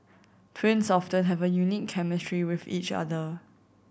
twins often have a unique chemistry with each other